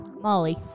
Molly